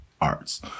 arts